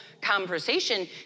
conversation